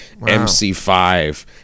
MC5